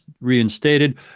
reinstated